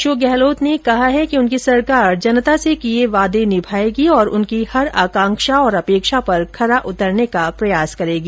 अशोक गहलोत ने कहा है कि उनकी सरकार जनता से किए वादे निभाएगी और उनकी हर आकांक्षा और अपेक्षा पर खरा उतरने का प्रयास करेगी